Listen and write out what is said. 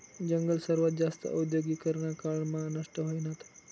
जंगल सर्वात जास्त औद्योगीकरना काळ मा नष्ट व्हयनात